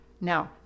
Now